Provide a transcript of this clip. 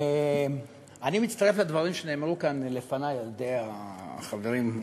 אני מצטרף לדברים שנאמרו כאן לפני על-ידי החברים,